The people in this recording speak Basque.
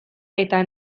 eta